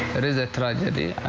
it is a tragedy,